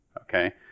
Okay